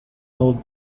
old